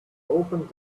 opened